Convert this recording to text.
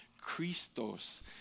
Christos